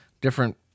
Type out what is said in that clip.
different